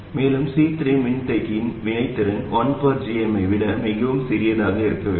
மேலும் C3 மின்தேக்கியின் வினைத்திறன் 1 gm ஐ விட மிகவும் சிறியதாக இருக்க வேண்டும்